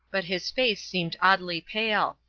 but his face seemed oddly pale.